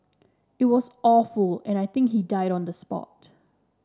it was awful and I think he died on the spot